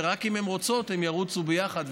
ורק אם הן רוצות הן ירוצו ביחד,